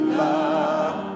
love